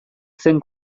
zen